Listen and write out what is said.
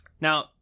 Now